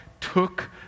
took